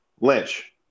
Lynch